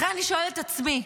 לכן אני שואלת את עצמי,